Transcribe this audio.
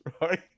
right